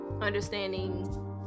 understanding